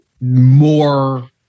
more